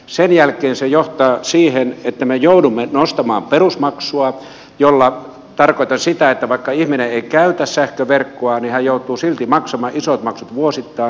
sen jälkeen se johtaa siihen että me joudumme nostamaan perusmaksua millä tarkoitan sitä että vaikka ihminen ei käytä sähköverkkoa niin hän joutuu silti maksamaan isot maksut vuosittain